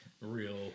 Real